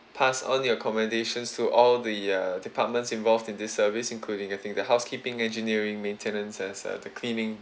pass on your commendations to all the uh departments involved in this service including I think the housekeeping engineering maintenance as uh the cleaning